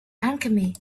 alchemy